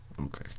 Okay